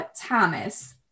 Thomas